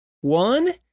One